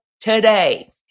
today